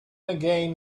again